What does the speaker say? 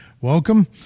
welcome